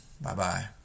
Bye-bye